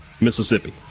Mississippi